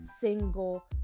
single